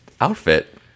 outfit